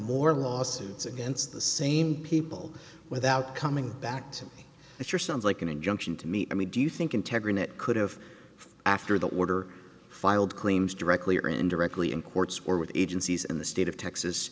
more lawsuits against the same people without coming back to me it sure sounds like an injunction to meet i mean do you think integrity it could have after the order filed claims directly or indirectly in courts or with agencies in the state of texas